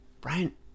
brian